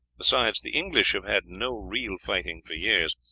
besides, the english have had no real fighting for years,